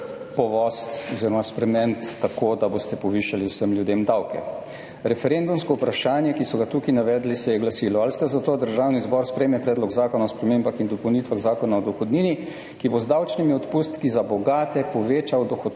povoziti oziroma spremeniti tako, da boste povišali vsem ljudem davke. Referendumsko vprašanje, ki so ga tukaj navedli, se je glasilo: Ali ste za to, da Državni zbor sprejme Predlog zakona o spremembah in dopolnitvah Zakona o dohodnini, ki bo z davčnimi odpustki za bogate povečal dohodkovno